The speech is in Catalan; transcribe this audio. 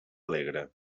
alegre